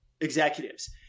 executives